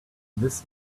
this